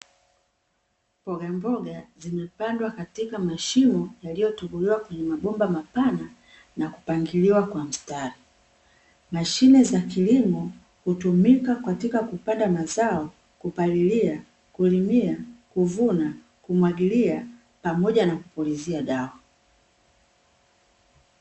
Mbogamboga zimepandwa katika mashimo yaliyotobolewa kwenye mabomba mapana na kupangiliwa kwa mstari, mashine za kilimo hutumika katika kupanda mazao, kupalilia, kulimia, kuvuna, kumwagilia pamoja na kupulizia dawa.